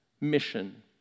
mission